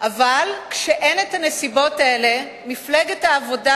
אבל כשאין נסיבות כאלה, מפלגת העבודה